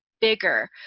bigger